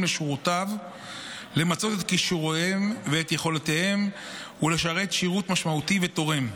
לשורותיו למצות את כישוריהם ואת יכולותיהם ולשרת שירות משמעותי ותורם.